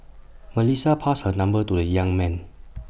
Melissa passed her number to the young man